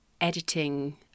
editing